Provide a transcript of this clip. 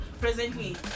presently